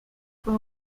con